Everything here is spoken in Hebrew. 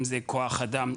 אם זה כוח אדם,